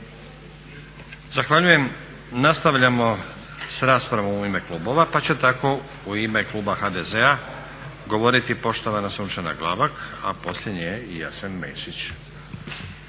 Zahvaljujem. Nastavljamo sa raspravom u ime klubova, pa će tako u ime kluba HDZ-a govoriti poštovana Sunčana Glavak, a poslije nje Jasen Mesić.